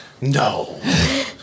No